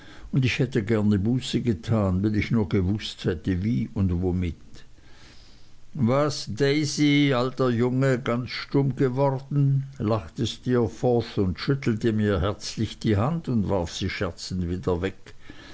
und ich hätte gerne buße getan wenn ich nur gewußt hätte wie und womit was daisy alter junge ganz stumm geworden lachte steerforth und schüttelte mir herzlich die hand und warf sie scherzend wieder weg